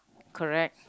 correct